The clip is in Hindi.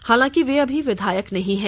हालांकि वे अभी विधायक नहीं हैं